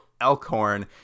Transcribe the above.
Elkhorn